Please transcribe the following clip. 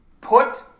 Put